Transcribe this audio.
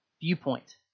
viewpoint